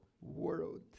world